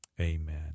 Amen